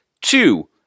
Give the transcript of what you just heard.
Two